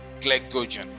Glycogen